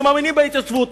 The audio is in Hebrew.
שמאמינים בהתיישבות,